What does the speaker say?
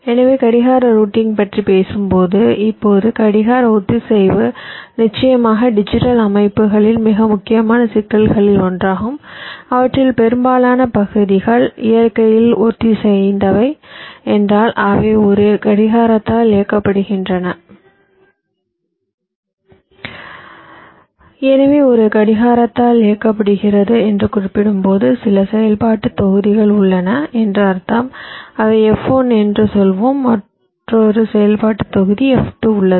எனவே கடிகார ரூட்டிங் பற்றிப் பேசும்போது இப்போது கடிகார ஒத்திசைவு நிச்சயமாக டிஜிட்டல் அமைப்புகளில் மிக முக்கியமான சிக்கல்களில் ஒன்றாகும் அவற்றில் பெரும்பாலான பகுதிகள் இயற்கையில் ஒத்திசைந்தவை என்றால் அவை ஒரு கடிகாரத்தால் இயக்கப்படுகின்றன எனவே ஒரு கடிகாரத்தால் இயக்கப்படுகிறது என்று குறிப்பிடும்போது சில செயல்பாட்டுத் தொகுதிகள் உள்ளன என்று அர்த்தம் அவை F1 என்று சொல்வோம் மற்றொரு செயல்பாட்டு தொகுதி F2 உள்ளது